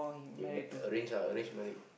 arrange lah arrange marriage